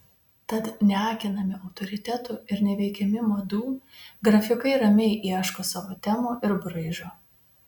tad neakinami autoritetų ir neveikiami madų grafikai ramiai ieško savo temų ir braižo